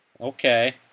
Okay